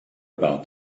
about